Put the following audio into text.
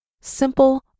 simple